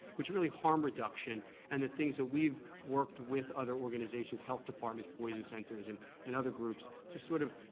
which are really harm reduction and the things we've worked with other organizations, health departments, poison centers, and and other groups to sort of,